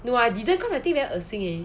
no I didn't cause I think very 恶心 eh